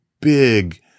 big